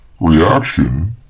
reaction